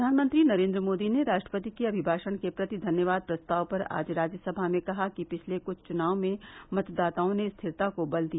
प्रधानमंत्री नरेन्द्र मोदी ने राष्ट्रपति के अभिभाषण के प्रति धन्यवाद प्रस्ताव पर आज राज्यसभा में कहा कि पिछले कुछ चुनाव में मतदाताओं ने स्थिरता को बल दिया